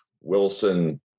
Wilson